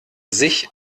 sich